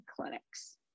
clinics